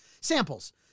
Samples